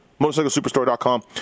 MotorcycleSuperstore.com